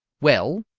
well?